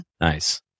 Nice